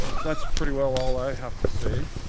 that's pretty well all i have to say.